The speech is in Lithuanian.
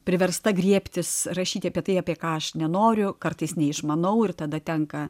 priversta griebtis rašyti apie tai apie ką aš nenoriu kartais neišmanau ir tada tenka